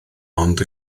ond